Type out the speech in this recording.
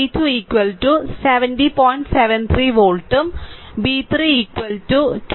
73 വോൾട്ടും വി 3 27